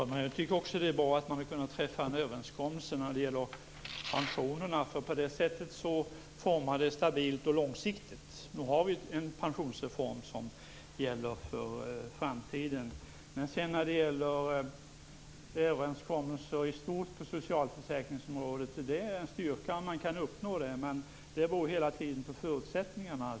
Fru talman! Jag tycker också att det är bra att man har kunnat träffa en överenskommelse om pensionerna. På det sättet formas systemet stabilt och långsiktigt. Nu har vi en pensionsreform som gäller för framtiden. När det sedan gäller överenskommelser i stort på socialförsäkringsområdet är det en styrka om man kan uppnå sådana, men det beror hela tiden på förutsättningarna.